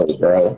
bro